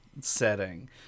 setting